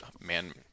man